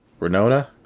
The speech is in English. Renona